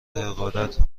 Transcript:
حقارت